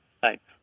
Thanks